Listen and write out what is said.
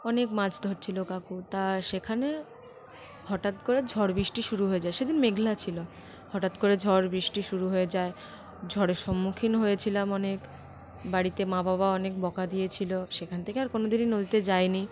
অনেক মাছ ধরছিল কাকু তা সেখানে হঠাৎ করে ঝড় বৃষ্টি শুরু হয়ে যায় সেদিন মেঘলা ছিল হঠাৎ করে ঝড় বৃষ্টি শুরু হয়ে যায় ঝড়ের সম্মুখীন হয়েছিলাম অনেক বাড়িতে মা বাবা অনেক বকা দিয়েছিল সেখান থেকে আর কোনো দিনই আর নদীতে যাইনি